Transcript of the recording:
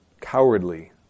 cowardly